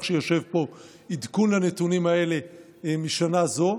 שיושב פה עדכון לנתונים האלה משנה זו.